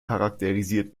charakterisiert